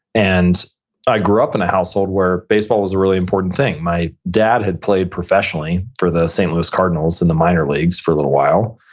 and i grew up in a household where baseball was a really important thing. my dad had played professionally for the st. louis cardinals in the minor leagues for a little while.